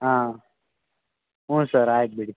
ಆಂ ಹ್ಞೂ ಸರ್ ಆಯ್ತು ಬಿಡಿ